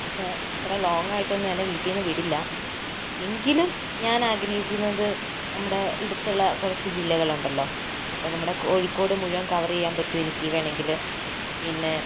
പക്ഷേ അത്ര ലോങ്ങ് ആയിട്ട് ഒന്നും എന്നെ വീട്ടിൽ നിന്ന് വിടില്ല എങ്കിലും ഞാൻ ആഗ്രഹിക്കുന്നത് നമ്മുടെ അടുത്തുള്ള കുറച്ച് ജില്ലകൾ ഉണ്ടല്ലോ ഇപ്പോൾ നമ്മുടെ കോഴിക്കോട് മുഴുവൻ കവർ ചെയ്യാൻ പറ്റും എനിക്ക് വേണമെങ്കില് പിന്നെ